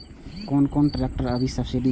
कोन कोन ट्रेक्टर अभी सब्सीडी छै?